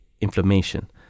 inflammation